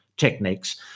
techniques